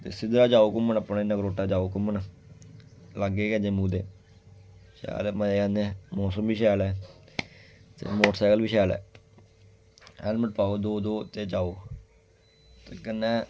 ते सिद्धड़ जाओ घूमन अपने नगरोटा जाओ घूमन लागे गै जम्मू दे शैल मजे कन्नै मोसम बी शैल ऐ ते मोटरसैकल बी शैल ऐ हेलमेट पाओ दो दो ते जाओ ते कन्नै